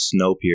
snowpiercer